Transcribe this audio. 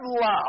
Love